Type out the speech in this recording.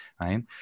right